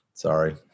Sorry